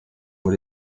muri